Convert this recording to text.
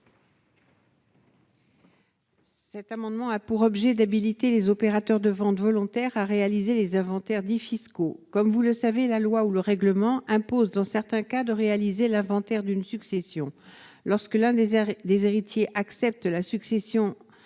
Cet amendement a pour objet d'habiliter les opérateurs de vente volontaire a réalisé les inventaires dit fiscaux comme vous le savez la loi ou le règlement impose dans certains cas de réaliser l'inventaire d'une succession lorsque l'un des heures et des héritiers accepte la succession à aux